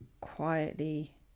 quietly